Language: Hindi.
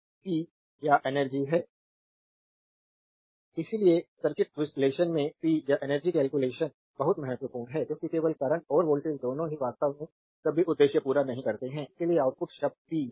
स्लाइड टाइम देखें 0358 इसलिए सर्किट विश्लेषण में पी या एनर्जी कैलकुलेशन बहुत महत्वपूर्ण है क्योंकि केवल करंट और वोल्टेज दोनों ही वास्तव में सभी उद्देश्य पूरा नहीं करते हैं क्योंकि आउटपुट शायद पी या